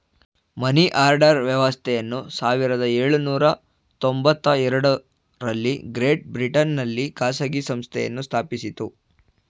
money order ವ್ಯವಸ್ಥೆಯನ್ನು ಸಾವಿರದ ಎಳುನೂರ ತೊಂಬತ್ತಎರಡು ರಲ್ಲಿ ಗ್ರೇಟ್ ಬ್ರಿಟನ್ ನಲ್ಲಿ ಖಾಸಗಿ ಸಂಸ್ಥೆಯನ್ನು ಸ್ಥಾಪಿಸಿತು